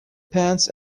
pants